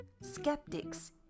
skeptics